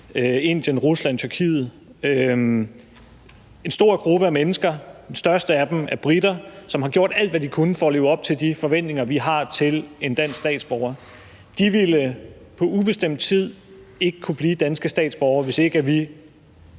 Indien, Rusland og Tyrkiet; altså en stor gruppe af mennesker. Den største af dem er briter, som har gjort alt, hvad de kunne for at leve op til de forventninger, vi har til en dansk statsborger. De ville på ubestemt tid ikke kunne blive danske statsborgere, hvis ikke vi